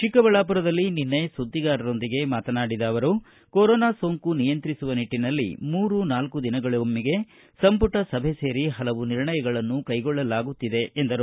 ಚಿಕ್ಕಬಳ್ಳಾಮರದಲ್ಲಿ ನಿನ್ನೆ ಸುದ್ದಿಗಾರರೊಂದಿಗೆ ಮಾತನಾಡಿದ ಅವರು ಕೊರೊನಾ ಸೋಂಕು ನಿಯಂತ್ರಿಸುವ ನಿಟ್ಟಿನಲ್ಲಿ ಮೂರು ನಾಲ್ಕು ದಿನಗಳಿಗೊಮ್ಮೆ ಸಂಪುಟ ಸಭೆ ಸೇರಿ ಹಲವು ನಿರ್ಣಯಗಳನ್ನು ಕೈಗೊಳ್ಳುತ್ತಿದೆ ಎಂದರು